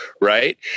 Right